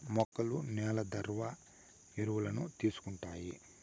మొక్కలు నేల ద్వారా ఎరువులను తీసుకుంటాయి